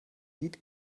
lied